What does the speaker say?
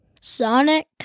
Sonic